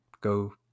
go